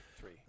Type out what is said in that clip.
three